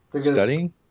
Studying